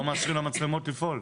למה לא מאפשרים למצלמות לפעול?